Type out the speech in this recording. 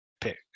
pick